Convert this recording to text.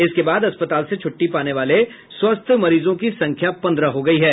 इसके बाद अस्पताल से छुट्टी पाने वाले स्वस्थ मरीजों की संख्या पन्द्रह हो गयी है